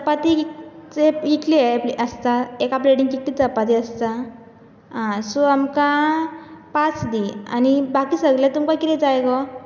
चपाती इतले ये आसता एका प्लेटीन कितले चपाती आसता आं सो आमकां पांच दी आनी बाकी सगल्यांक तुमकां कितें जाय गो